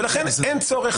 ולכן אין צורך,